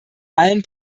allen